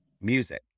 Music